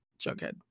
Jughead